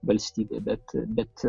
valstybė bet bet